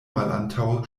malantaŭ